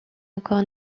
encore